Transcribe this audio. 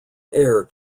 air